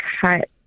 cut